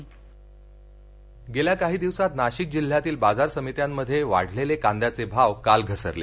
कांदा गेल्या काही दिवसात नाशिक जिल्ह्यातील बाजार समित्यांमध्ये वाढलेले कांद्याचे भाव काल घसरले